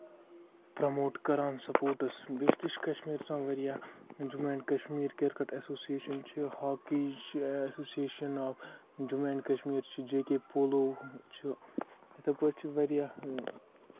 promote کران sports بیٚیہِ تہِ چھِ کَشمیٖرس منٛز واریاہ Jammu and Kashmir cricket association چھُ ہاکی چھِ association of Jammu and Kashmir چھ جے کے پولو چھُ یِتھٕے پٲٹھۍ چھ واریاہ